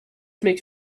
makes